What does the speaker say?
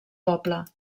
poble